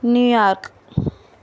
New York